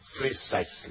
Precisely